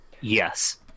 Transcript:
Yes